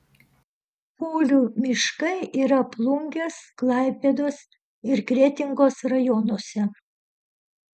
kulių miškai yra plungės klaipėdos ir kretingos rajonuose